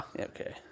Okay